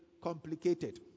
complicated